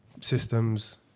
systems